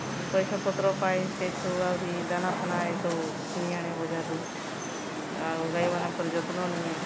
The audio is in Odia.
ପଇସା ପତ୍ର ପାଇ ସେଇଠୁ ଆହୁରି ଦାନା ଫାନା ଏସବୁ କିଣିଆଣେ ବଜାରରୁ ଆଉ ଗାଈମାନଙ୍କର ଯତ୍ନ ନିଏ